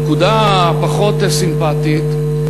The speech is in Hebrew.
הנקודה הפחות-סימפתית: